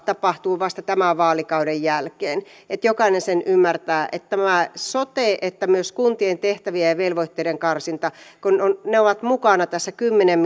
tapahtuu vasta tämän vaalikauden jälkeen jokainen sen ymmärtää kun sekä tämä sote että myös kuntien tehtävien ja velvoitteiden karsinta ovat mukana tässä kymmenen